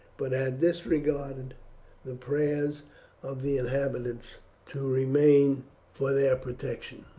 but had disregarded the prayers of the inhabitants to remain for their protection.